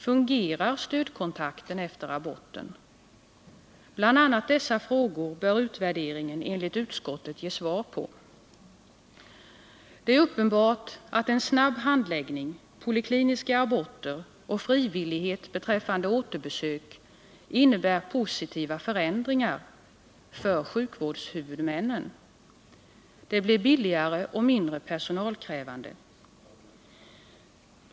Fungerar stödkontakten efter aborten? Bl. a. dessa frågor bör enligt utskottets mening utvärderingen ge svar på. Det är uppenbart att en snabb handläggning, polikliniska aborter och frivillighet beträffande återbesök innebär positiva förändringar — för sjukvårdshuvudmännen. Det blir billigare och mindre personalkrävande.